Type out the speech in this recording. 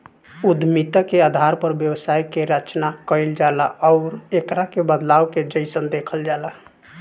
उद्यमिता के आधार पर व्यवसाय के रचना कईल जाला आउर एकरा के बदलाव के जइसन देखल जाला